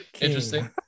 Interesting